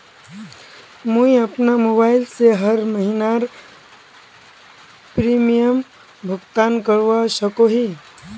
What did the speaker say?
मुई अपना मोबाईल से हर महीनार प्रीमियम भुगतान करवा सकोहो ही?